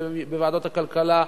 בוועדת הכלכלה,